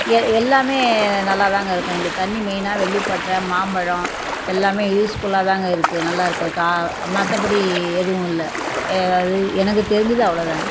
எ எல்லாம் நல்லாதாங்க இருக்கும் இங்கே தண்ணி மெய்னா வெள்ளிப்பட்றை மாம்பழம் எல்லாம் யூஸ்ஃபுல்லாக தாங்க இருக்குது நல்லாருக்குது கா மற்றபடி எதுவும் இல்லை ஏதாவது எனக்கு தெரிஞ்சது அவ்வளோ தாங்க